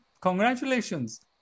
congratulations